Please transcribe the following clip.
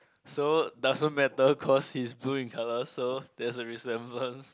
so doesn't matter cause he's blue in colour so there's a resemblance